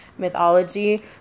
mythology